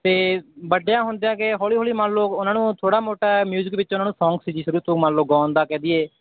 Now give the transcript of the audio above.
ਅਤੇ ਵੱਡਿਆਂ ਹੁੰਦਿਆਂ ਗਏ ਹੌਲੀ ਹੌਲੀ ਮੰਨ ਲਓ ਉਹਨਾਂ ਨੂੰ ਥੋੜ੍ਹਾ ਮੋਟਾ ਮਿਊਜਿਕ ਵਿੱਚ ਉਹਨਾਂ ਨੂੰ ਸ਼ੌਕ ਸੀ ਜੇ ਸ਼ੁਰੂ ਤੋਂ ਮੰਨ ਲਓ ਗਾਉਣ ਦਾ ਕਹਿ ਦਈਏ